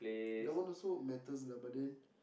that one also matters lah but then